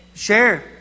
Share